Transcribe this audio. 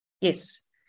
Yes